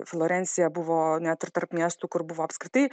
florencija buvo net ir tarp miestų kur buvo apskritai